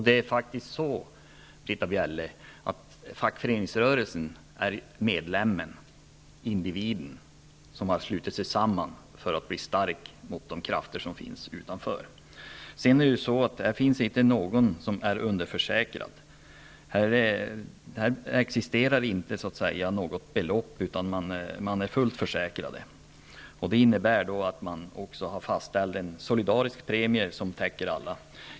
Det är faktiskt så, Britta Bjelle, att fackföreningsrörelsen är de enskilda medlemmarna, individerna som har slutit sig samman för att bli starka mot de krafter som finns utanför. Det finns inte någon som är underförsäkrad. Det existerar inte något belopp här, utan man är fullt försäkrad. Det innebär också att man har fastställt en solidarisk premie som täcker alla.